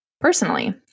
personally